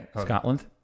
Scotland